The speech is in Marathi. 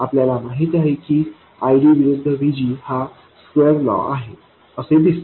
आपल्याला माहित आहे की ID विरूद्ध VG हा स्क्वेअर लॉ आहे असे दिसते